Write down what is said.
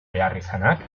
beharrizanak